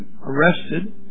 Arrested